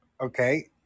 Okay